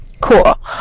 Cool